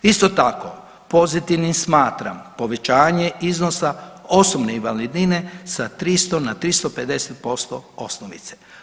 Isto tako, pozitivnim smatram povećanje iznosa osobne invalidnine sa 300 na 350% osnovice.